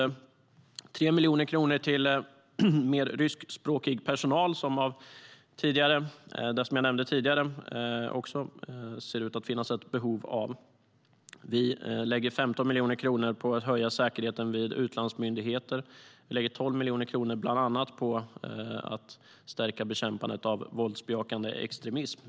Vi har 3 miljoner kronor till mer ryskspråkig personal vilket det, som jag nämnde tidigare, ser ut att finnas ett behov av. Vi lägger 15 miljoner kronor på att höja säkerheten vid utlandsmyndigheter. Vi lägger 12 miljoner kronor bland annat på att stärka bekämpandet av våldsbejakande extremism.